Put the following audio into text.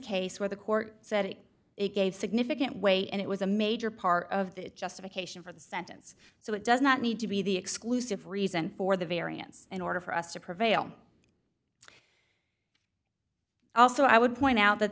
case where the court said it it gave significant weight and it was a major part of the justification for the sentence so it does not need to be the exclusive reason for the variance in order for us to prevail also i would point out that